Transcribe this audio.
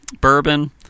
bourbon